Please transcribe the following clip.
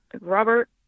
Robert